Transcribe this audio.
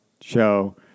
show